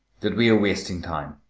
that we are wasting time.